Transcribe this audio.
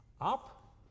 Up